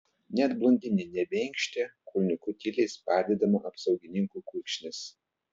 net blondinė nebeinkštė kulniuku tyliai spardydama apsaugininkų kulkšnis